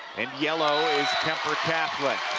and yellow is kuemper catholic.